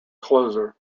closer